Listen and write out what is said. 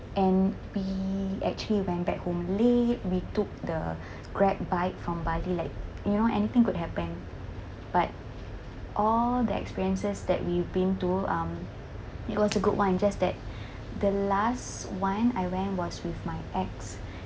and we actually went back home late we took the grab bike from bali like you know anything could happen but all the experiences that we've been to um it was a good one just that the last one I went was with my ex